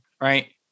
right